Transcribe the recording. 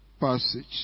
passage